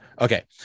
okay